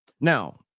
Now